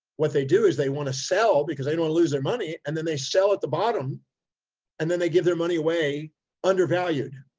what they do is they want to sell because they don't lose their money. and then they sell at the bottom and then they give their money away undervalued.